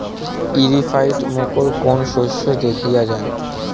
ইরিও ফাইট মাকোর কোন শস্য দেখাইয়া যায়?